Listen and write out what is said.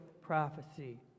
prophecy